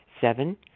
Seven